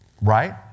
Right